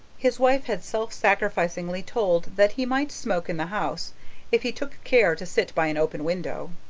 his wife had self-sacrificingly told that he might smoke in the house if he took care to sit by an open window.